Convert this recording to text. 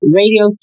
radio